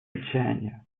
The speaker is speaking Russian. отчаяния